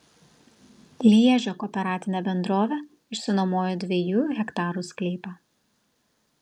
liežio kooperatinė bendrovė išsinuomojo dviejų hektarų sklypą